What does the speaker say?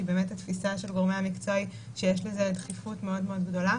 כי באמת התפיסה של גורמי המקצוע היא שיש לזה דחיפות מאוד מאוד גדולה.